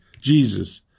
Jesus